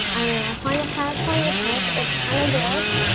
i i find it satisfying to pick. it's kind of gross.